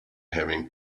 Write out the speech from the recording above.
having